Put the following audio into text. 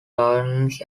gardens